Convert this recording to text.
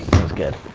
it was good.